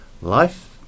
life